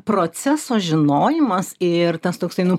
proceso žinojimas ir tas toksai nu